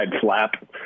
flap